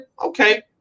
okay